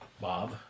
Bob